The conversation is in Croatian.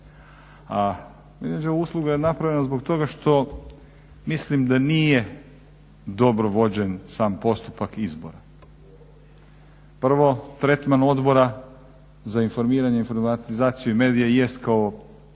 a medvjeđa usluga je napravljena zbog toga što mislim da nije dobro vođen sam postupak izbora. Prvo tretman Odbora za informiranje, informatizaciju i medije jest kao